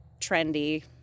trendy